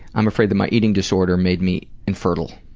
i'm afraid that my eating disorder made me infertile.